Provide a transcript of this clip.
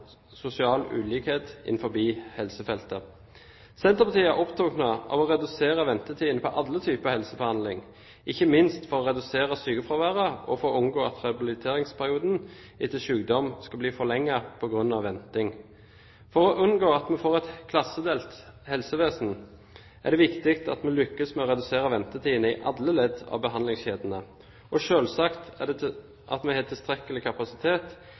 sosial ulikhet innenfor helsefeltet. Senterpartiet er opptatt av å redusere ventetidene på alle typer helsebehandling, ikke minst for å redusere sykefraværet og unngå at rehabiliteringsperioden etter sykdom skal bli forlenget på grunn av venting. For å unngå at vi får et klassedelt helsevesen, er det viktig at vi lykkes med å redusere ventetiden i alle ledd av behandlingskjedene. Og selvsagt er